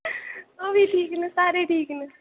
ठीक न आं सारे ठीक न